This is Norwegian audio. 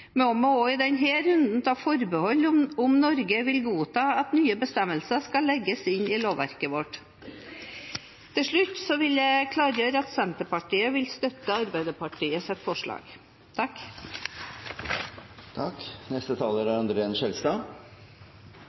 med norsk rettsoppfatning, må vi også i denne runden ta forbehold om Norge vil godta at nye bestemmelser skal legges inn i lovverket vårt. Til slutt vil jeg gjøre det klart at Senterpartiet vil støtte Arbeiderpartiets forslag.